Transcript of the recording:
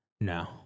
No